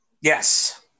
yes